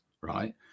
right